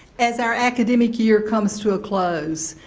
as our academic year comes to a close,